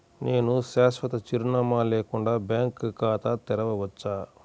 నేను శాశ్వత చిరునామా లేకుండా బ్యాంక్ ఖాతా తెరవచ్చా?